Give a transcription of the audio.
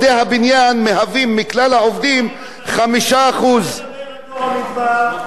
הם 5%. בחוק שלך אתה לא מדבר על אלה שהתחילו לעבוד מלפני ינואר 1995,